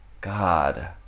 God